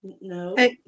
no